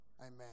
Amen